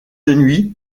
nuit